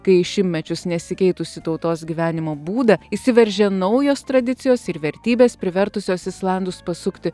kai į šimtmečius nesikeitusį tautos gyvenimo būdą įsiveržė naujos tradicijos ir vertybės privertusios islandus pasukti